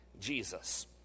Jesus